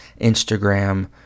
Instagram